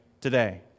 today